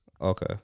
Okay